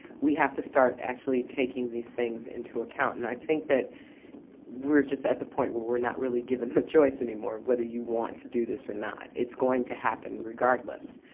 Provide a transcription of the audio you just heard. we have to start actually taking these things into account and i think that we're just at the point where we're not really given the choice anymore whether you want to do this or not. it's going to happen regardless.